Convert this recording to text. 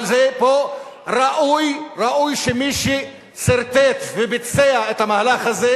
אבל ראוי שמי שסרטט וביצע את המהלך הזה,